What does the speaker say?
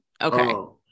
Okay